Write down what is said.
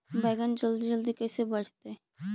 बैगन जल्दी जल्दी कैसे बढ़तै?